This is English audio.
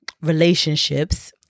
relationships